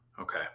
Okay